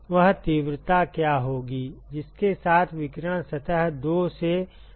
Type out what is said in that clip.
वह तीव्रता क्या होगी जिसके साथ विकिरण सतह 2 से टकराएगा